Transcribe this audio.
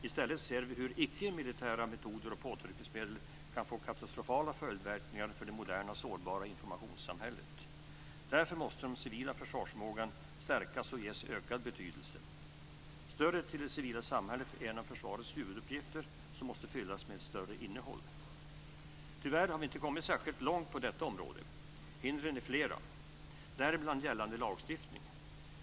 I stället ser vi hur icke-militära metoder och påtryckningsmedel kan få katastrofala följdverkningar för det moderna, sårbara informationssamhället. Därför måste den civila försvarsförmågan stärkas och ges ökad betydelse. Stödet till det civila samhället är en av försvarets huvuduppgifter som måste fyllas med ett större innehåll. Tyvärr har vi inte kommit särskilt långt på detta område. Hindren är flera, däribland gällande lagstiftning.